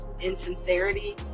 insincerity